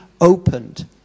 opened